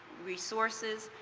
resources,